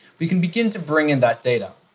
we can begin to bring in that data.